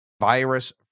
virus